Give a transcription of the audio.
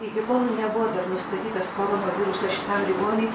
iki kol nebuvo dar nustatytas koronavirusas šitam ligoniui